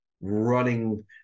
running